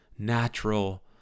natural